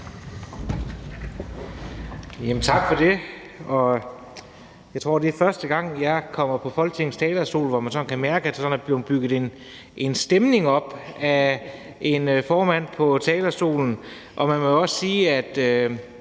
Tak for det. Jeg tror, det er første gang, jeg kommer på Folketingets talerstol, hvor man kan mærke, at der sådan er blevet bygget en stemning op af en formand på talerstolen. Og man må sige, at